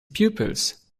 pupils